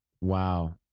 Wow